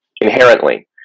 Inherently